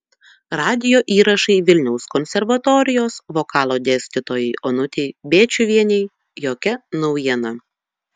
radijo įrašai vilniaus konservatorijos vokalo dėstytojai onutei bėčiuvienei jokia naujiena